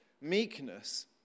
meekness